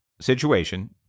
situation